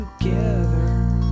together